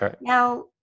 Now